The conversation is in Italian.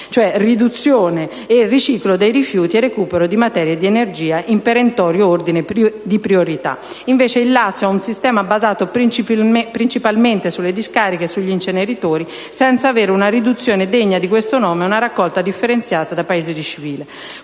riduzione e riciclo dei rifiuti e recupero di materia e di energia, in perentorio ordine di priorità. Invece il Lazio ha un sistema basato principalmente sulle discariche e sugli inceneritori, senza avere una riduzione degna di questo nome e una raccolta differenziata da Paese civile.